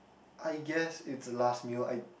I guess it's the last meal I